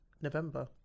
November